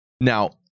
Now